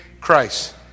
Christ